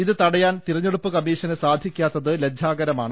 ഇത് തടയാൻ തെരഞ്ഞെടുപ്പു കമ്മീഷന് സാധിക്കാത്തത് ലജ്ജാ കരമാണ്